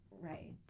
right